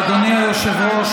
אדוני היושב-ראש,